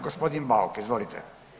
Gospodin Bauk, izvolite.